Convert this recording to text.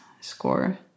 score